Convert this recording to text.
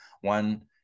one